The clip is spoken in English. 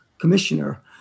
commissioner